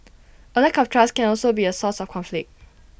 A lack of trust can also be A source of conflict